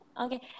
okay